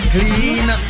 Clean